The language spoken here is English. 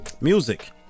music